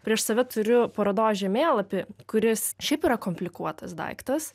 prieš save turiu parodos žemėlapį kuris šiaip yra komplikuotas daiktas